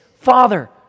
Father